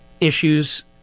issues